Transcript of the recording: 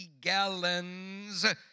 gallons